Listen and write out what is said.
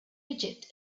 egypt